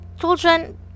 Children